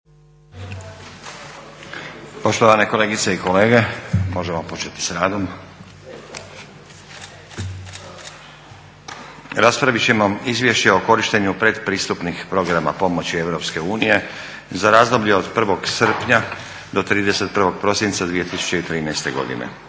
Poštovane kolegice i kolege možemo početi sa radom. Raspravit ćemo - Izvješće o korištenju pretpristupnih programa pomoći Europske unije za razdoblje od 1. srpnja do 31. prosinca 2013. godine.